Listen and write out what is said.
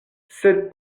sed